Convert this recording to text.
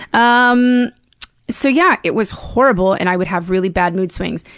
um so yeah, it was horrible and i would have really bad mood swings.